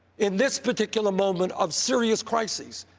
in this particular moment of serious crises,